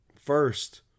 first